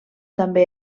també